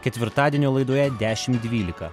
ketvirtadienio laidoje dešimt dvylika